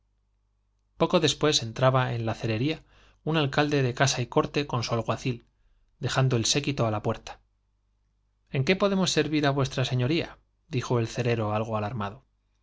poco después entraba en la cerería un alcalde de el á la casa y corte con su alguacil dejando séquito puerta en qué podernos servir á vuestra señoría dijo el cerero algo alarmado